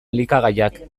elikagaiak